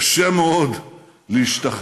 קשה מאוד להשתחרר